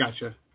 gotcha